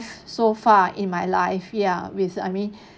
so far in my life ya with I mean